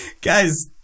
Guys